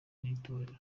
n’itorero